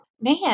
man